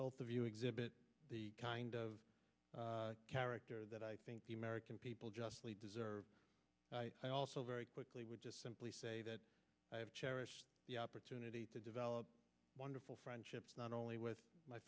both of you exhibit the kind of character that i think the american people justly deserve i also very quickly would just simply say that i have the opportunity to develop wonderful friendships not only with my